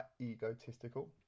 egotistical